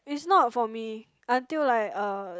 is not for me until like uh